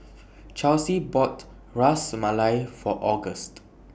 Charlsie bought Ras Malai For August